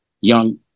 young